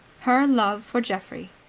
her love for geoffrey.